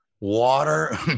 water